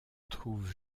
trouve